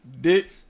dick